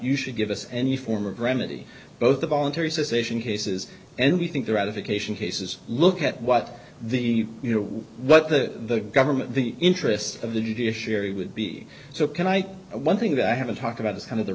you should give us any form of remedy both the voluntary cessation cases and we think the ratification cases look at what the you know what the government the interests of the judiciary would be so can i one thing that i haven't talked about is kind of the